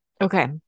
Okay